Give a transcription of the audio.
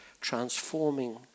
transforming